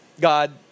God